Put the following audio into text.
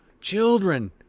Children